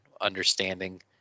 understanding